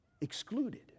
excluded